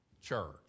church